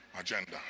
agenda